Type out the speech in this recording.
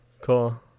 Cool